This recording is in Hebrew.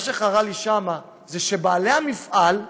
מה שחרה לי שם זה שבעלי המפעל,